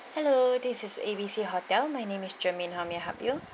hello this is A B C hotel my name is germaine how may I help you